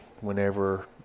whenever